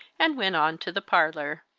and went on to the parlour.